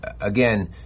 again